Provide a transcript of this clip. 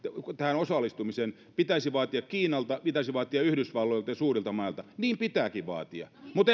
tähän osallistumisen pitäisi vaatia kiinalta pitäisi vaatia yhdysvalloilta ja suurilta mailta niin pitääkin vaatia mutta